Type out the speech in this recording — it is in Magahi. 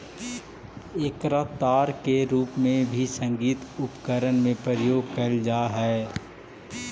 एकरा तार के रूप में भी संगीत उपकरण में प्रयोग कैल जा हई